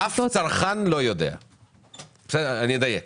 אני אדייק.